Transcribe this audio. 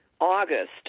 August